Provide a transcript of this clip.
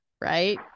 right